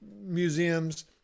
museums